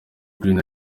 greene